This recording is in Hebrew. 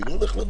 אני לא יודע.